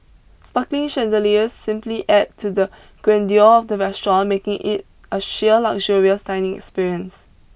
sparkling chandeliers simply adds to the grandeur of the restaurant making it a sheer luxurious dining experience